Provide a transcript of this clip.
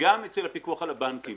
וגם אצל הפיקוח על הבנקים.